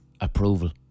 approval